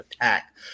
attack